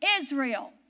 Israel